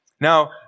Now